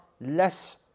less